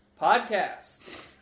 podcast